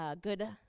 good